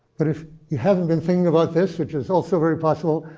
but if you haven't been thinking about this, which is also very possible,